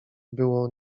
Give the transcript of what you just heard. było